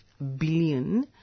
Billion